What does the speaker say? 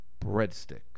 breadsticks